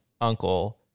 uncle